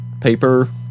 paper